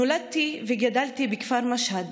נולדתי וגדלתי בכפר משהד,